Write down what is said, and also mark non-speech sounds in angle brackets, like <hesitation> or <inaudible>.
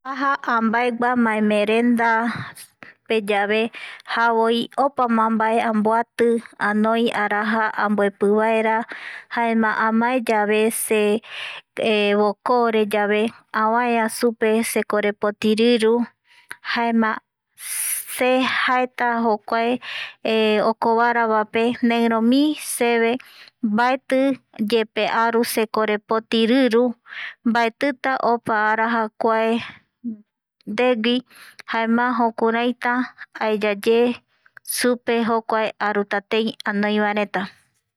Aja ambaegua maemeerenda peyave javoi opama mbae amboati anoi araja amboepi vaera jaema amaeyave se. <hesitation> voko re yave avaea supe sekorepoti riru jaema se jaeta jokuae okovara vaepe neiromi <hesitation> seve mbaetiyepe aru se korepoti riru mbaetita opa araja kua ndegui jaema jukurai aeyata supe ye jokuae arutatei ai vae <noise>